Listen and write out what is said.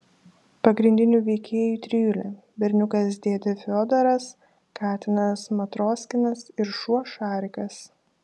pagrindinių veikėjų trijulė berniukas dėdė fiodoras katinas matroskinas ir šuo šarikas